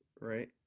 right